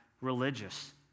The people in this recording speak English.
religious